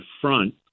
front